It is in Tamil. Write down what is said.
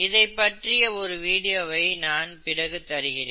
இதை பற்றிய ஒரு வீடியோவை நான் பிறகு தருகிறேன்